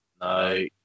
No